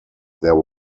there